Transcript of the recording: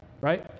Right